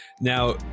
Now